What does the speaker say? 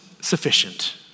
sufficient